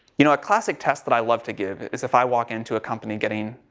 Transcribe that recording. you know, a classic test that i love to give is if i walk into a company getting,